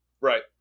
Right